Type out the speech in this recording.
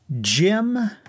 Jim